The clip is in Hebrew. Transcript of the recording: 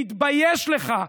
תתבייש לך.